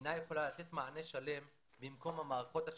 אינה יכולה לתת מענה שלם במקום המערכות השלטוניות.